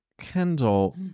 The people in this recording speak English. Kendall